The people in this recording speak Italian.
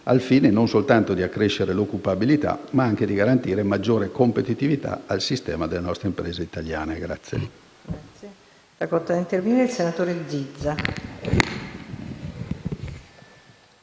al fine non soltanto di accrescere l'occupabilità, ma anche di garantire maggiore competitività al sistema delle imprese italiane.